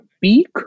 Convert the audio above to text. peak